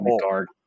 guard